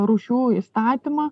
rūšių įstatymą